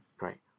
right